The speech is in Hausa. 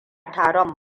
taron